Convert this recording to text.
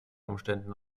umständen